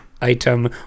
item